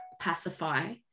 pacify